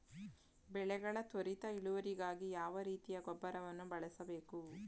ಬೆಳೆಗಳ ತ್ವರಿತ ಇಳುವರಿಗಾಗಿ ಯಾವ ರೀತಿಯ ಗೊಬ್ಬರವನ್ನು ಬಳಸಬೇಕು?